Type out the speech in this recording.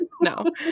No